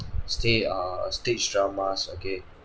sta~ err stage dramas okay